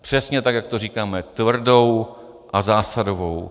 Přesně tak, jak to říkáme: tvrdou a zásadovou.